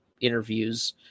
interviews